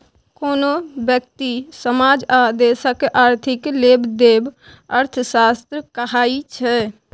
कोनो ब्यक्ति, समाज आ देशक आर्थिक लेबदेब अर्थशास्त्र कहाइ छै